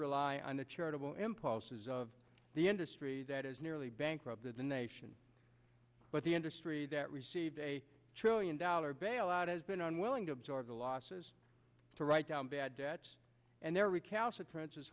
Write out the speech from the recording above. rely on the charitable impulses of the industry that is nearly bankrupted the nation but the industry that received a trillion dollar bailout has been unwilling to absorb the losses to write down bad debts and their recalcitrance is